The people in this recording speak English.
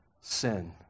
sin